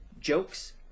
jokes